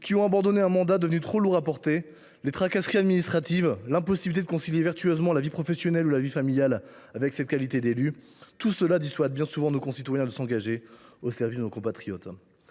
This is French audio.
qui ont abandonné un mandat devenu trop lourd à porter. Les tracasseries administratives et l’impossibilité de concilier vertueusement la vie professionnelle ou la vie familiale avec la qualité d’élu dissuadent bien souvent nos concitoyens de s’engager au service de nos compatriotes.